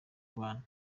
kubana